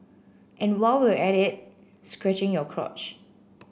and while we're at it scratching your crotch